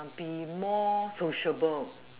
be more sociable